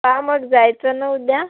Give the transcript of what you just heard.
हां मग जायचं ना उद्या